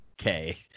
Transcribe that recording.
Okay